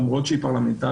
למרות שהיא פרלמנטרית,